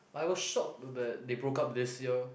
I was shocked that they broke up this year